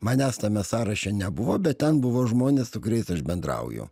manęs tame sąraše nebuvo bet ten buvo žmonės su kuriais aš bendrauju